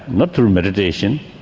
not through meditation,